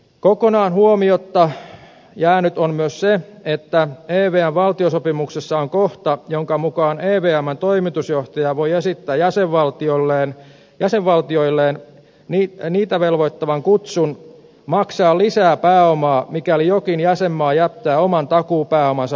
kokonaan huomiotta jäänyt on myös se että evm valtiosopimuksessa on kohta jonka mukaan evmn toimitusjohtaja voi esittää jäsenvaltioilleen niitä velvoittavan kutsun maksaa lisää pääomaa mikäli jokin jäsenmaa jättää oman takuupääomansa maksamatta